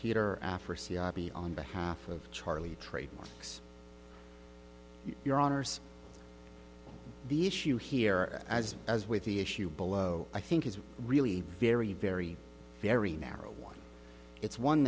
b on behalf of charlie trademarks your honour's the issue here as as with the issue below i think is really very very very narrow one it's one